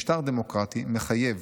משטר דמוקרטי מחייב